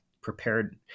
prepared